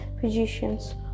physicians